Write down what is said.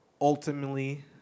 Ultimately